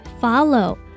follow